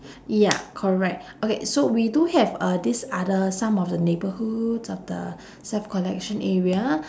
ya correct okay so we do have uh this other some of neighborhoods of the self collection area